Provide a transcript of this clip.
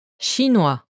Chinois